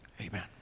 Amen